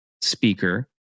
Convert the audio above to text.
Speaker